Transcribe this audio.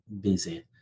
busy